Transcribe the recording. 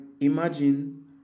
imagine